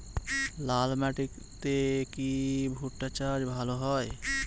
লাল মাটিতে কি ভুট্টা চাষ ভালো হয়?